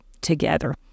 together